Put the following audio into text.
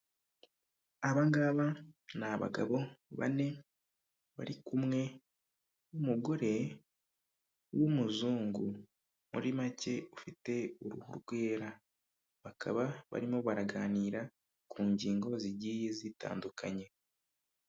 Aba ngaba ni abagabo bane bari kumwe n'umugore w'umuzungu muri make ufite uruhu rwera, bakaba barimo baraganira ku ngingo zigiye zitandukanye.